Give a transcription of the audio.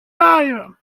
time